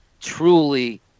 truly